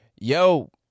yo